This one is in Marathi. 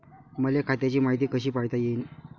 मले खात्याची मायती कशी पायता येईन?